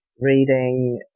reading